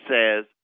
says